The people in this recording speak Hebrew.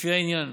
לפי העניין,